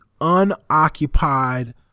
unoccupied